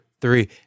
three